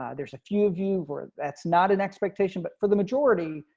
ah there's a few of you are. that's not an expectation, but for the majority.